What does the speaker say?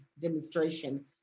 demonstration